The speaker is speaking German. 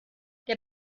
der